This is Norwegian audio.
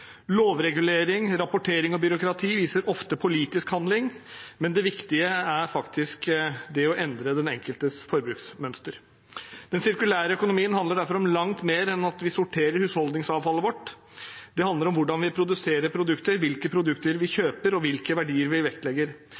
Lovregulering, rapportering og byråkrati viser ofte politisk handling, men det viktige er faktisk det å endre den enkeltes forbruksmønster. Den sirkulære økonomien handler derfor om langt mer enn at vi sorterer husholdningsavfallet vårt. Den handler om hvordan vi produserer produkter, hvilke produkter vi kjøper, og hvilke verdier vi vektlegger.